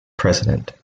president